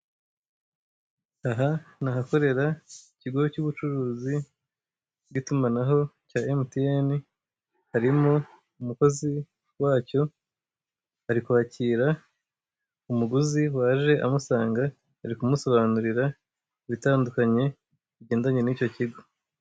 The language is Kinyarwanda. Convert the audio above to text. Aha ni ahakorera ikigo cy'ubucuruzi k'itumanaho cya emutiyene, harimo umukozi wacyo ari kwakira umuguzi waje amusanga, ari kumusobanurira ibitandukanye bigendanye n'icyo kigo.